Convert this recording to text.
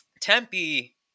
Tempe